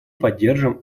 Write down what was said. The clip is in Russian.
поддержим